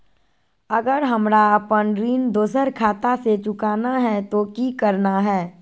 अगर हमरा अपन ऋण दोसर खाता से चुकाना है तो कि करना है?